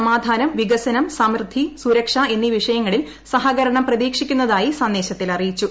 സമാധാനം വികസനം സമൃദ്ധി സുരക്ഷ എന്നീ വിഷയങ്ങളിൽ സഹകരണം പ്രതീക്ഷിക്കുന്നതായി സന്ദേശത്തിൽ അറിയിച്ചു